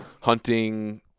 hunting